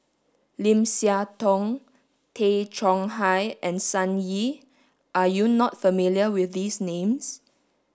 Lim Siah Tong Tay Chong Hai and Sun Yee are you not familiar with these names